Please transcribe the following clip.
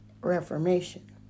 reformation